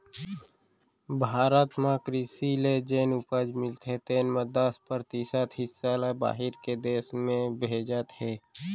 भारत म कृसि ले जेन उपज मिलथे तेन म दस परतिसत हिस्सा ल बाहिर के देस में भेजत हें